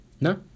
No